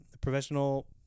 Professional